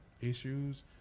issues